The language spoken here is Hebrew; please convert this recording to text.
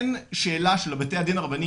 אין שאלה של בתי הדין הרבני,